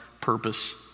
purpose